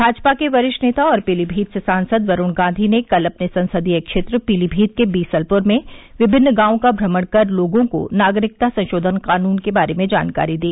भाजपा के वरिष्ठ नेता और पीलीभीत से सांसद वरूण गांधी ने कल अपने संसदीय क्षेत्र पीलीभीत के बीसलपुर में विभिन्न गांवों का भ्रमण कर लोगों को नागरिकता संशोधन कानून के बारे में जानकारी दी